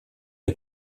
der